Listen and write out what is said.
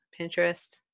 Pinterest